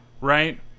right